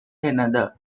another